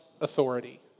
authority